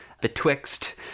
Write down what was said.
betwixt